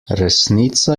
resnica